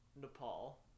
Nepal